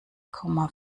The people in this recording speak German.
komma